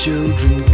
Children